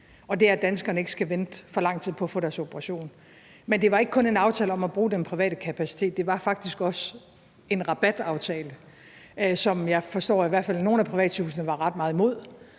og det er, at danskerne ikke skal vente for lang tid på at få deres operation. Men det var ikke kun en aftale om at bruge den private kapacitet; det var faktisk også en rabataftale, som jeg forstår at i hvert fald nogle af de private sygehuse var ret meget imod.